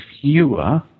fewer